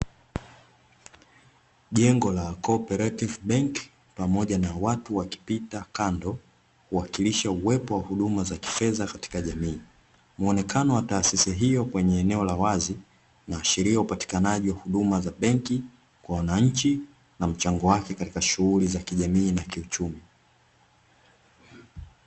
Jengo la "COOPERATIVE BANK" pamoja na watu wakipita kando, wakiwakilisha uwepo wa huduma za kifedha katika jamii, muonekano wa taasisi hiyo kwenye eneo la wazi inaashiria upatikanaji wa huduma za benki kwa wananchi na mchango wake katika shughuli za kijamii na kiuchumi.